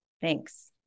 Thanks